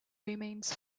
remains